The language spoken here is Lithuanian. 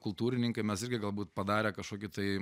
kultūrininkai mes irgi galbūt padarė kažkokį tai